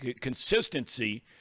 consistency